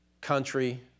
country